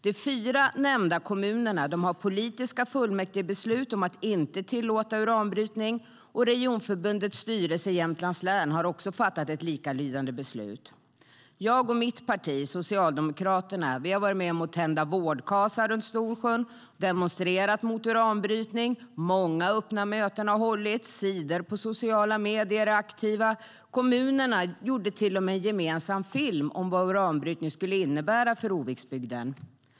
De fyra nämnda kommunerna har politiska fullmäktigebeslut om att inte tillåta uranbrytning, och regionförbundets styrelse i Jämtlands län har också fattat ett likalydande beslut. Jag och mitt parti, Socialdemokraterna, har varit med om att tända vårdkasar runt Storsjön och demonstrerat mot uranbrytning. Många öppna möten har hållits, och sidor på sociala medier är aktiva. Kommunerna gjorde till och med en gemensam film om vad uranbrytning skulle innebära för Oviksbygden.